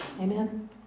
Amen